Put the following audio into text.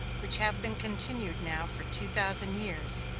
which have been continued now for two thousand years,